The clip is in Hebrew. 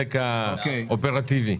לחלק האופרטיבי.